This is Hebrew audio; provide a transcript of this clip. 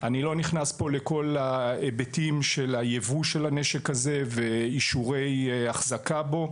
אני לא נכנס עכשיו לכל ההיבטים של ייבוא הנשק הזה ואישורי האחזקה בו.